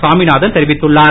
சாமிநாதன் தெரிவித்துள்ளார்